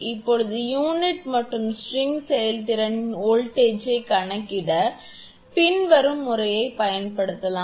இப்போது யூனிட் மற்றும் ஸ்ட்ரிங் செயல்திறனில் வோல்ட்டேஜை கணக்கிட பின்வரும் முறையைப் பயன்படுத்தலாம்